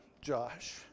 Josh